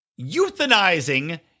euthanizing